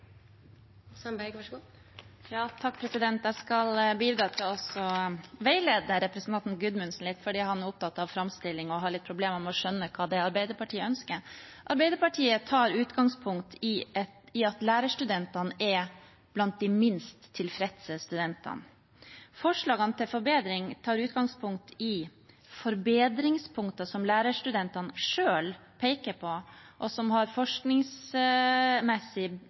Jeg skal bidra til å veilede representanten Gudmundsen litt fordi han er opptatt av framstilling og har litt problemer med å skjønne hva det er Arbeiderpartiet ønsker. Arbeiderpartiet tar utgangspunkt i at lærerstudentene er blant de minst tilfredse studentene. Forslagene til forbedring tar utgangspunkt i forbedringspunkter som lærerstudentene selv peker på, og som det er forskningsmessig